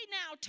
now